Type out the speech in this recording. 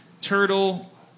Turtle